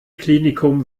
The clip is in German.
klinikum